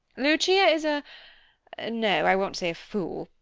lucia is a no, i won't say fool,